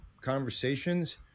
conversations